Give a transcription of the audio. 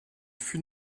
fut